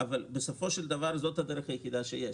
בסופו של דבר זאת הדרך היחידה שיש,